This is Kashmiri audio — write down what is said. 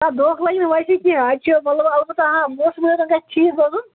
نہ دۄکھٕ لگہِ نہٕ ویسے کیٚنٛہہ اَتہِ چھِ مطلب اَلبتہ ہاں موسمٕے یوتَن گژھِ ٹھیٖک روزُن